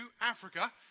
Africa